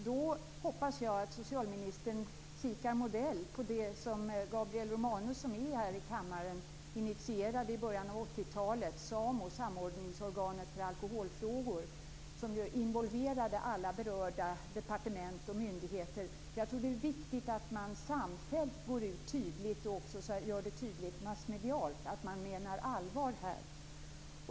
Då hoppas jag att socialministern kikar på den modell som Gabriel Romanus, som är här i kammaren, initierade i början av 80-talet. Det gäller SAMO, Samordningsorganet för alkoholfrågor, som ju involverade alla berörda departement och myndigheter. Jag tror att det är viktigt att man samfällt går ut och gör det tydligt - också i massmedierna - att man menar allvar.